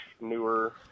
newer